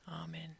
Amen